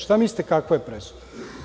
Šta mislite, kakva je presuda?